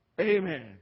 Amen